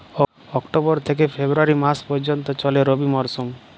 October থেকে February মাস পর্যন্ত চলে রবি মরসুম